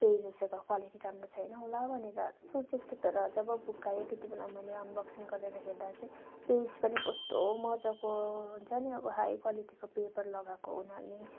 पेजेसहरूको quality राम्रो छैन होला भनेर सोचेको थिएँ तर जब बुक आयो त्यति बेला मैले अनबक्सिङ गरेर हेर्दा चाहिँ पेज पनि कस्तो मजाको हुन्छ नि अब हाई क्वालिटीको पेपर लगाएको हुनाले